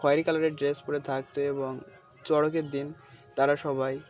খয়েরি কালারের ড্রেস পরে থাকতো এবং চড়কের দিন তারা সবাই